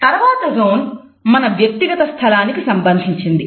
తరువాతి జోన్ మన వ్యక్తిగత స్థలానికి సంబంధించినది